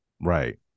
Right